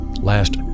last